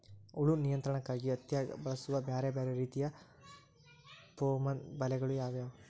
ಹುಳು ನಿಯಂತ್ರಣಕ್ಕಾಗಿ ಹತ್ತ್ಯಾಗ್ ಬಳಸುವ ಬ್ಯಾರೆ ಬ್ಯಾರೆ ರೇತಿಯ ಪೋರ್ಮನ್ ಬಲೆಗಳು ಯಾವ್ಯಾವ್?